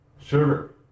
sugar